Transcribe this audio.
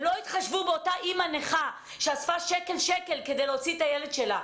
הם לא התחשבו באותה אימא נכה שאספה שקל לשקל כדי להוציא את הילד שלה.